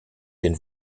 den